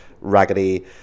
raggedy